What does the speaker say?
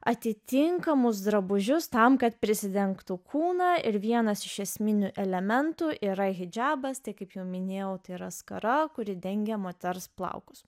atitinkamus drabužius tam kad prisidengtų kūną ir vienas iš esminių elementų yra hidžabas tai kaip jau minėjau tai yra skara kuri dengia moters plaukus